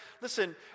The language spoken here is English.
listen